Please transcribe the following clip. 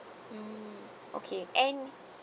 mm okay and